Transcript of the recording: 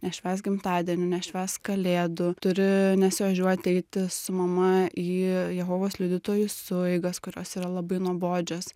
nešvęsk gimtadienių nešvęsk kalėdų turi nesiožiuoti eiti su mama į jehovos liudytojų sueigas kurios yra labai nuobodžios